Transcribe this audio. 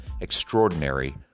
extraordinary